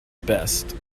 best